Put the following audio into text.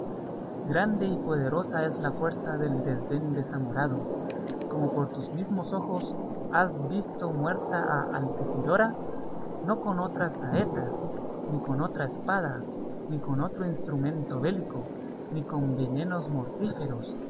grande y poderosa es la fuerza del desdén desamorado como por tus mismos ojos has visto muerta a altisidora no con otras saetas ni con otra espada ni con otro instrumento bélico ni con venenos mortíferos